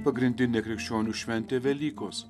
pagrindinė krikščionių šventė velykos